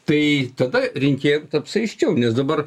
tai tada rinkėjam taps aiškiau nes dabar